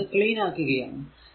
ഞാൻ ഇത് ക്ലീൻ ആക്കുകയാണ്